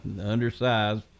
undersized